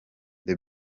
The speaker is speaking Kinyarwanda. the